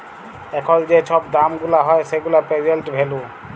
এখল যে ছব দাম গুলা হ্যয় সেগুলা পের্জেল্ট ভ্যালু